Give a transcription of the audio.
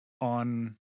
on